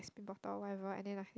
spin bottle or whatever and then like